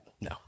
No